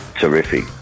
terrific